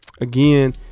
Again